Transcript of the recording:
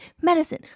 medicine